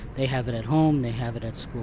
they have it at home, they have it at school.